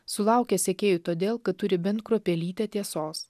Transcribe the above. sulaukia sekėjų todėl kad turi bent kruopelytę tiesos